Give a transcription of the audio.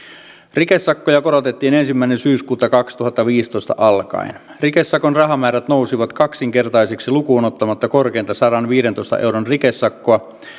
rikesakkoja korotettiin ensimmäinen syyskuuta kaksituhattaviisitoista alkaen rikesakon rahamäärät nousivat kaksinkertaisiksi lukuun ottamatta korkeinta sadanviidentoista euron rikesakkoa